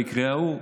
המקרה ההוא.